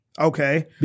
Okay